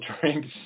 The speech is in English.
drinks